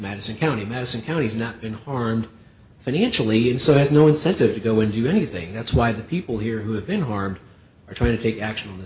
madison county madison county has not been harmed financially and so has no incentive to go and do anything that's why the people here who have been harmed are trying to take action on th